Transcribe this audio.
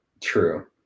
true